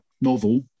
novel